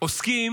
עוסקים